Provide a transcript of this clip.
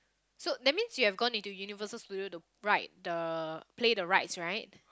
so that means you have gone into Universal Studios to ride the play the rides right